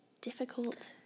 difficult